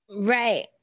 Right